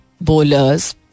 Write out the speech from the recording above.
bowlers